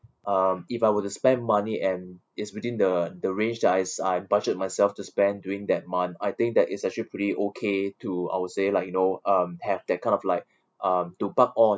um if I were to spend money and is within the the range that I s~ I budget myself to spend during that month I think that it's actually pretty okay to I would say like you know um have that kind of like um to park on